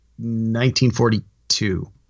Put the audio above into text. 1942